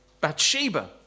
Bathsheba